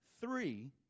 three